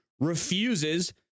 refuses